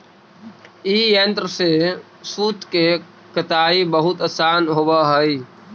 ई यन्त्र से सूत के कताई बहुत आसान होवऽ हई